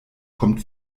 kommt